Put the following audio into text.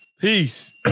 Peace